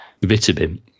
vitamin